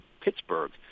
Pittsburgh